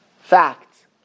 Fact